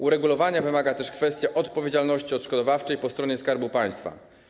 Uregulowania wymaga też kwestia odpowiedzialności odszkodowawczej po stronie Skarbu Państwa.